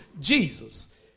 Jesus